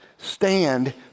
Stand